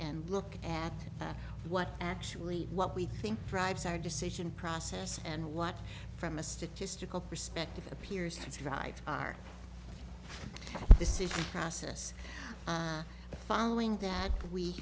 and look at what actually what we think drives our decision process and what from a statistical perspective appears to drive our decision process following that we